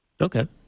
Okay